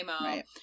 Right